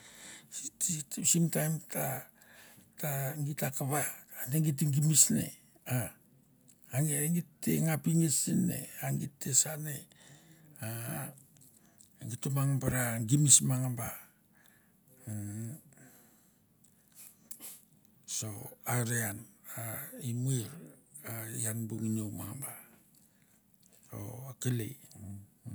Ist sim taim ta ta gi kava ate git te gimis ne a git te nga pingas sen ne. A git te sa ne, aaa gito mangba me gimis mangaba umm. So are an a i muir ian bu nginou mangba. So akelei.